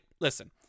listen